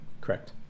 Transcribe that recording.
Correct